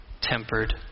tempered